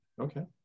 Okay